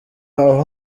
aho